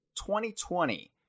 2020